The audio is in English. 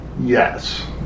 yes